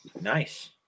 Nice